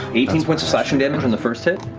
eighteen points of slashing damage on the first hit.